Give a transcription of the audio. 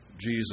Jesus